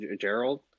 Gerald